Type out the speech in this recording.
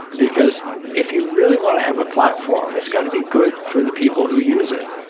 because if you really want to have a platform, it's got to be good for the people who use it.